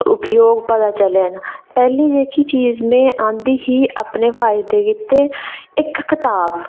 उपयोग पता चलेआ ना पैह्ली जेह्की चीज जेह्की में आंह्दी ही अपने फायदे गितै इक कताब